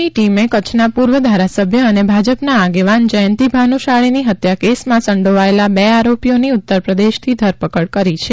ની ટીમે કચ્છના પૂર્વ ધારાસભ્ય અને ભાજપના આગેવાન જયંતી ભાનુશાળીની હત્યા કેસમાં સંડીવાયેલા બે આરોપીઓની ઉત્તર પ્રદેશથી ધરપકડ કરી છે